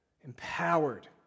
empowered